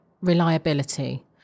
reliability